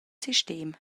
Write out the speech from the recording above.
sistem